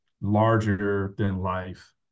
larger-than-life